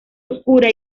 oscura